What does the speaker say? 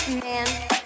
Man